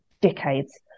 decades